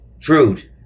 fruit